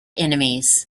enemies